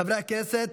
חברי הכנסת,